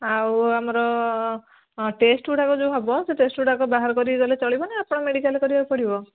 ଆଉ ଆମର ଟେଷ୍ଟଗୁଡ଼ାକ ଯେଉଁ ହେବ ସେଇ ଟେଷ୍ଟଗୁଡ଼ାକ ବାହାରୁ କରିକି ଗଲେ ଚଳିବା ନା ଆପଣଙ୍କ ମେଡିକାଲ୍ରେ କରିବାକୁ ପଡ଼ିବ